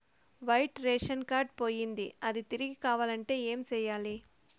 white ration card పోయింది అది తిరిగి కావాలంటే ఏం సేయాలి